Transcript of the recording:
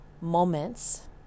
moments